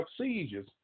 seizures